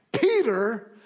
Peter